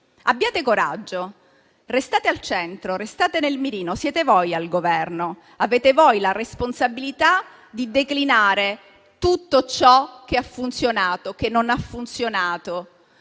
Abbiate coraggio, restate al centro, restate nel mirino, siete voi al Governo, avete voi la responsabilità di declinare tutto ciò che ha funzionato e non ha funzionato.